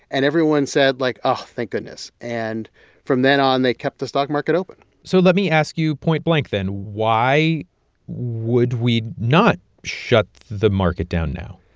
and everyone said like, oh, thank goodness. and from then on, they kept the stock market open so let me ask you point blank then, why would we not shut the market down now?